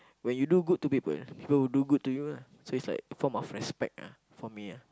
when you do good to people people will do good to you lah so it's like a form of respect ah for me ah